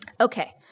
Okay